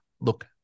look